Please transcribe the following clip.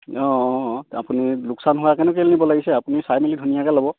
অঁ অঁ আপুনি লোকচান হোৱাকেনো কেলৈ নিব লাগিছে আপুনি চাই মেলি ধনীয়াকৈ ল'ব